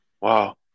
Wow